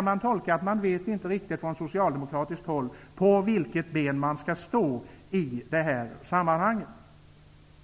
Man kan tolka detta så, att man från socialdemokratiskt håll inte vet på vilket ben man skall stå i det här sammanhanget.